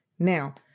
Now